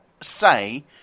say